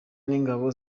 n’ingabo